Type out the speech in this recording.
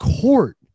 court